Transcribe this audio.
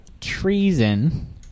treason